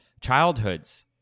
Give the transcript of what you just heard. childhoods